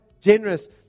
generous